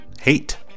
hate